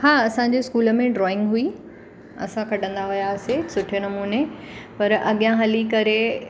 हा असांजे स्कूल में ड्राइंग हुई असां कढंदा हुयासीं सुठे नमूने पर अॻियां हली करे